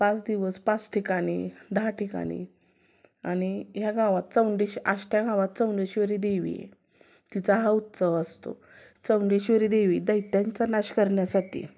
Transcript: पाच दिवस पाच ठिकाणी दहा ठिकाणी आणि ह्या गावात चौंडीश आष्ट्या गावात चौंडेश्वरी देवी आहे तिचा हा उत्सव असतो चौंडेश्वरी देवी दैत्यांचा नाश करण्यासाठी